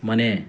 ಮನೆ